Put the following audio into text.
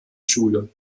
schule